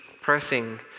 pressing